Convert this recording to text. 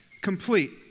complete